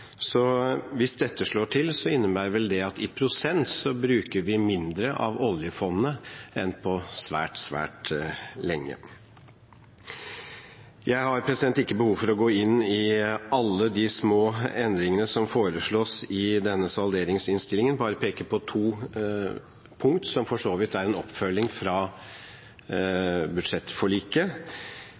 Hvis dette slår til, innebærer det at vi i prosent bruker mindre av oljefondet enn på svært, svært lenge. Jeg har ikke behov for å gå inn i alle de små endringene som foreslås i denne salderingsinnstillingen, og vil bare peke på to punkt, som for så vidt er en oppfølging fra budsjettforliket.